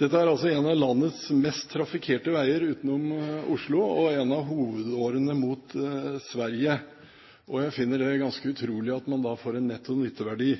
Dette er altså en av landets mest trafikkerte veier utenom Oslo, og en av hovedårene mot Sverige. Jeg finner det ganske utrolig at man da får en netto nytteverdi.